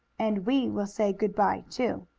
and we will say good-bye, too.